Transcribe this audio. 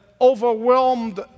overwhelmed